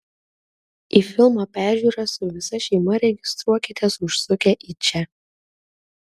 į filmo peržiūrą su visa šeima registruokitės užsukę į čia